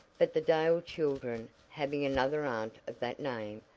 but the dale children, having another aunt of that name,